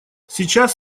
сейчас